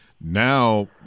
now